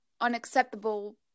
unacceptable